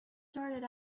started